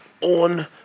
on